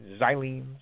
xylenes